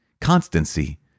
constancy